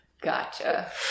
Gotcha